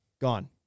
Gone